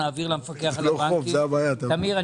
כדי שנעביר אותן למפקח על הבנקים.